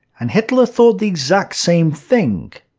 and hitler thought the exact same thing.